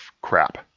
crap